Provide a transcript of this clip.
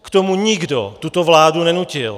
K tomu nikdo tuto vládu nenutil.